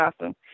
awesome